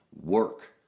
Work